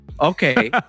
Okay